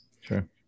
Sure